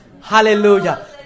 Hallelujah